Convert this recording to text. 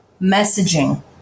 messaging